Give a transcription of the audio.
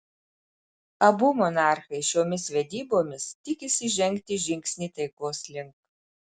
abu monarchai šiomis vedybomis tikisi žengti žingsnį taikos link